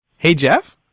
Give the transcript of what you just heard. hey, jeff.